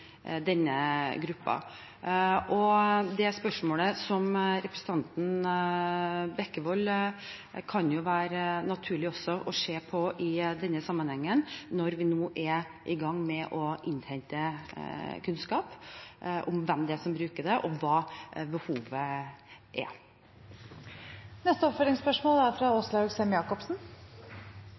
denne gruppen. Det spørsmålet som representanten Bekkevold stiller, kan også være naturlig å se på i denne sammenhengen, når vi nå er i gang med å innhente kunnskap om hvem det er som bruker det, og hva behovet er. Åslaug Sem-Jacobsen – til oppfølgingsspørsmål. Det er